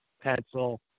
pencil